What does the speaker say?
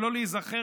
שלא להיזכר